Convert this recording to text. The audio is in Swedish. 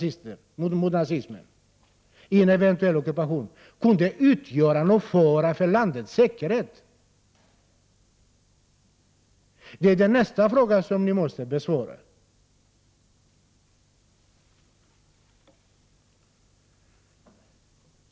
1988/89:44 nazismen, vid en eventuell ockupation, utgöra någon fara för landets 13 december 1988 säkerhet? Det är nästa fråga som ni måste besvara.